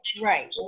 Right